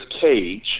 cage